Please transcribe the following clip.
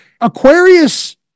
Aquarius